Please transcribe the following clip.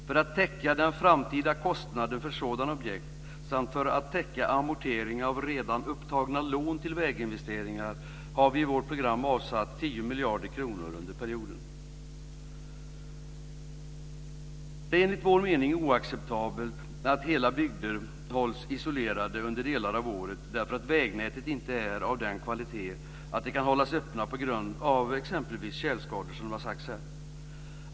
För att täcka den framtida kostnaden för sådana objekt samt för att täcka amorteringar av redan upptagna lån till väginvesteringar har vi i vårt program avsatt Det är enligt vår mening oacceptabelt att hela bygder hålls isolerade under delar av året därför att vägnätet inte är av en sådan kvalitet att de kan hållas öppna. Det kan bero på t.ex. tjälskador, som har nämnts här.